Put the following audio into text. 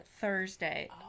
Thursday